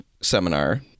seminar